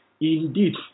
Indeed